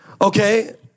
Okay